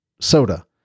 soda